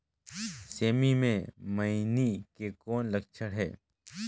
सेमी मे मईनी के कौन लक्षण हे?